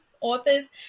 authors